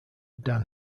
dan